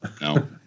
No